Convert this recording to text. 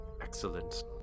Excellent